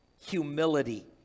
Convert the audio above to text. humility